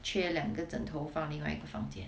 缺两个枕头放另外一个房间